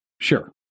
Sure